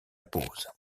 pause